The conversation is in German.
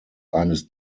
eines